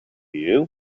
you